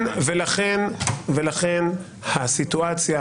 לכן הסיטואציה,